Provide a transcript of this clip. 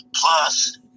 Plus